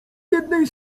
jednej